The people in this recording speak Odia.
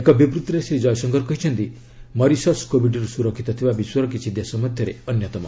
ଏକ ବିବୃଭିରେ ଶ୍ରୀ ଜୟଶଙ୍କର କହିଛନ୍ତି ମରିସସ୍ କୋବିଡ୍ରୁ ସୁରକ୍ଷିତ ଥିବା ବିଶ୍ୱର କିଛି ଦେଶ ମଧ୍ୟରେ ଅନ୍ୟତମ